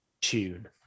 tune